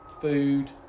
Food